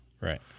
Right